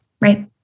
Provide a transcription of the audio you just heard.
Right